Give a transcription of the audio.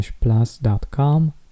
plus.com